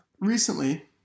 recently